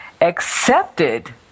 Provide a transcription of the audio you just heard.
accepted